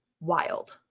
wild